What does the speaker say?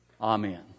Amen